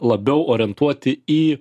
labiau orientuoti į